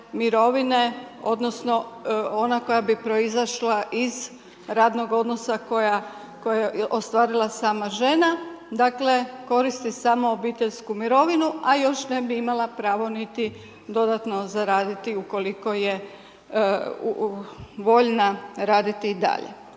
mirovine, odnosno, ona koja bi proizašla iz radnog odnosa, koja ostvarila sama žena. Dakle, koristi samo obiteljsku mirovinu, a još ne bi imala pravo niti, dodatno zaraditi, ukoliko je voljna raditi i dalje.